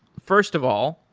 first of all,